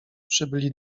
przybyli